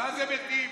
זה מתים,